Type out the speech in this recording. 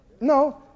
No